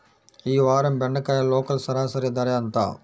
ఈ వారం బెండకాయ లోకల్ సరాసరి ధర ఎంత?